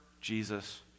Jesus